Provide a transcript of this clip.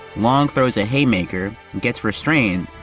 long throw's a haymaker, gets restrained,